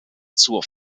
zur